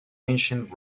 ancient